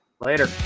Later